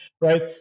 right